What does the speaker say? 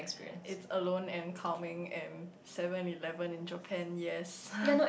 is alone and calming and Seven-Eleven in Japan yes